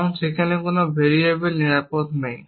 কারণ সেখানে কোনও ভেরিয়েবল নিরাপদ নেই